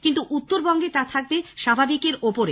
কিন্তু উত্তরবঙ্গে তা থাকবে স্বাভাবিকের চেয়ে উপরে